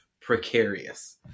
precarious